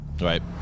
Right